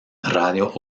radio